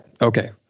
okay